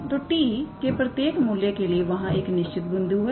तोt के प्रत्येक मूल्य के लिए वहां एक निश्चित बिंदु है